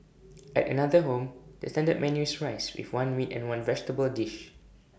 at another home the standard menu is rice with one meat and one vegetable dish